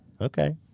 Okay